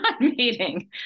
meeting